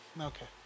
Okay